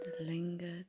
lingered